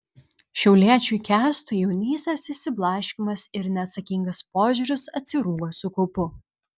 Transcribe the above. šiauliečiui kęstui jaunystės išsiblaškymas ir neatsakingas požiūris atsirūgo su kaupu